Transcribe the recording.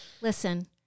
listen